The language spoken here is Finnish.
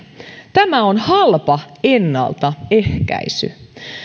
tämä on halpa ennaltaehkäisy